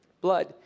blood